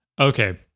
Okay